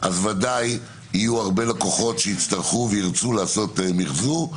ודאי יהיו הרבה לקוחות שיצטרכו וירצו לעשות מחזור.